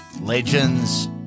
Legends